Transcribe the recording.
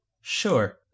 Sure